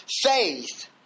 faith